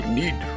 need